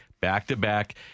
back-to-back